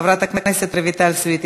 חברת כנסת רויטל סויד,